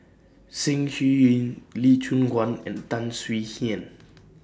Ceng Shouyin Lee Choon Guan and Tan Swie Hian